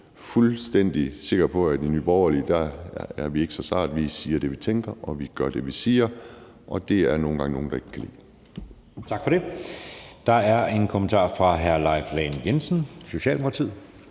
fuldstændig sikker på, at i Nye Borgerlige er vi ikke så sarte. Vi siger det, vi tænker, og vi gør det, vi siger, og det er der nogle gange nogle der ikke kan lide. Kl. 11:24 Anden næstformand (Jeppe Søe): Tak for det. Der er en kommentar fra hr. Leif Lahn Jensen, Socialdemokratiet.